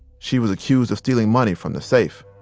she was accused of stealing money from the safe.